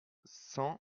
cent